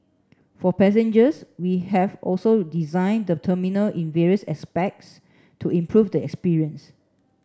for passengers we have also design the terminal in various aspects to improve the experience